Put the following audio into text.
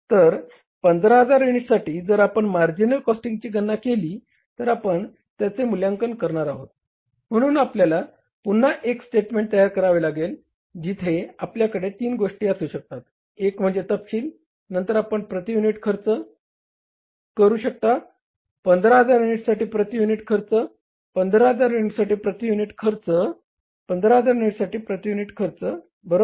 तर 15000 युनिट्ससाठी जर आपण मार्जिनल कॉस्टिंगची गणना केली तर आपण त्याचे मूल्यांकन करणार आहोत म्हणून आपल्याला पुन्हा एक स्टेटमेंट तयार करावे लागेल जिथे आपल्याकडे तीन गोष्टी असू शकतात एक म्हणजे तपशील नंतर आपण प्रति युनिट खर्च करू शकता 15000 युनिटसाठी प्रति युनिट खर्च 15000 युनिटसाठी प्रति युनिट खर्च 15000 युनिटसाठी प्रति युनिट खर्च बरोबर